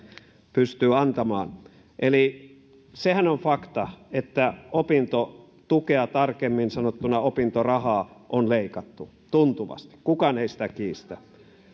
pystyy antamaan sehän on fakta että opintotukea tarkemmin sanottuna opintorahaa on leikattu tuntuvasti kukaan ei sitä kiistä